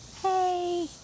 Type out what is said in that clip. Hey